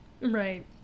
right